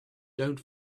don‘t